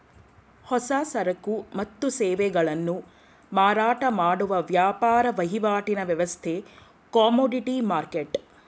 ಹೊಸ ಸರಕು ಮತ್ತು ಸೇವೆಗಳನ್ನು ಮಾರಾಟ ಮಾಡುವ ವ್ಯಾಪಾರ ವಹಿವಾಟಿನ ವ್ಯವಸ್ಥೆ ಕಮೋಡಿಟಿ ಮರ್ಕೆಟ್